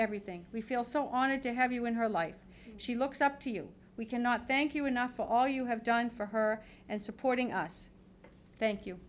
everything we feel so on and to have you in her life she looks up to you we cannot thank you enough for all you have done for her and supporting us thank you